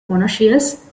monoecious